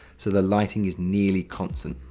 so the lighting is nearly constant.